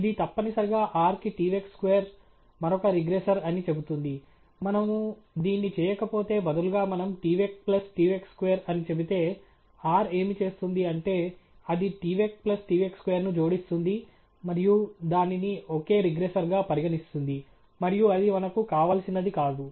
ఇది తప్పనిసరిగా R కి tvec square మరొక రిగ్రెసర్ అని చెబుతుంది మనము దీన్ని చేయకపోతే బదులుగా మనం tvec ప్లస్ tvec square అని చెబితే R ఏమి చేస్తుంది అంటే అది tvec ప్లస్ tvec square ను జోడిస్తుంది మరియు దానిని ఒకే రిగ్రెసర్గా పరిగణిస్తుంది మరియు అది మనకు కావలసినది కాదు